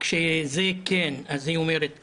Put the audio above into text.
כשזה כן אז היא אומרת כן,